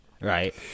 Right